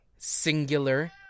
singular